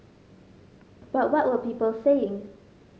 but what were people saying